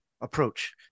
approach